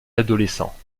adolescents